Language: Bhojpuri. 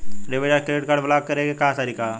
डेबिट या क्रेडिट कार्ड ब्लाक करे के का तरीका ह?